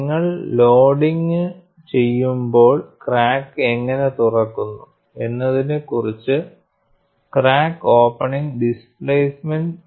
നിങ്ങൾ ലോഡിംഗ് ചെയ്യുമ്പോൾ ക്രാക്ക് എങ്ങനെ തുറക്കുന്നു എന്നതിനെക്കുറിച്ച് ക്രാക്ക് ഓപ്പണിംഗ് ഡിസ്പ്ലേസ്മെന്റ് സംസാരിക്കുന്നു